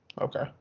Okay